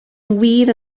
wir